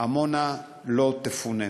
עמונה לא תפונה.